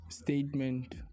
statement